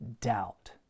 doubt